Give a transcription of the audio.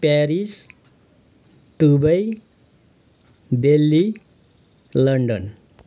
Paris Dubai Delhi London